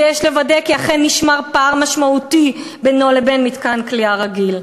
ויש לוודא כי אכן נשמר פער משמעותי בינו לבין מתקן כליאה רגיל".